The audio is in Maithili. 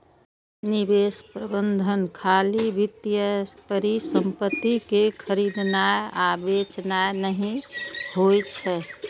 निवेश प्रबंधन खाली वित्तीय परिसंपत्ति कें खरीदनाय आ बेचनाय नहि होइ छै